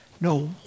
no